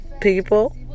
people